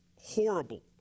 horrible